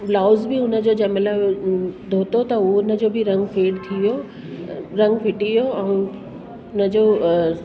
blouse बि उन जो जंहिं महिल धोतो त उन जो बि रंग फेड थी वियो रंग फिटी वियो ऐं हुन जो